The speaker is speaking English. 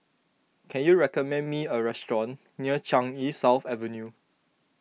can you recommend me a restaurant near Changi South Avenue